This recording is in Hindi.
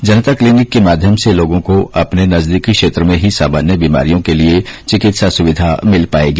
जनता क्लिनिक के माध्यम से लोगों को अपने नजदीकी क्षेत्र में ही सामान्य बीमारियों के लिए चिकित्सा सुविधा मिल पायेगी